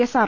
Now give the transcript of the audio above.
SR